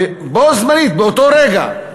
ובו זמנית, באותו רגע,